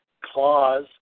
clause